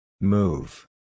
Move